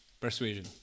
Persuasion